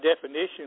definition